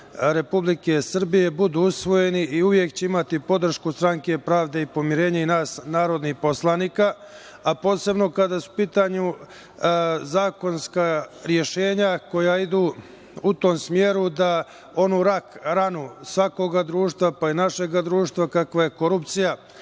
Republike Srbije budu usvojeni i uvek će imati podršku Stranke pravde i pomirenja i nas narodnih poslanika, a posebno kada su u pitanju zakonska rešenja koja idu u tom smeru da onu rak ranu svakog društva, pa i našeg, kakva je korupcija,